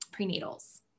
prenatals